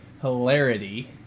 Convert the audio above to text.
hilarity